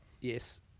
yes